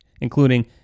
including